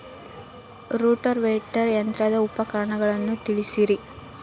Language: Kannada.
ರೋಟೋವೇಟರ್ ಯಂತ್ರದ ಉಪಯೋಗಗಳನ್ನ ತಿಳಿಸಿರಿ